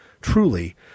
truly